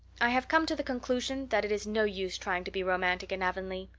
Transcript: i have come to the conclusion that it is no use trying to be romantic in avonlea.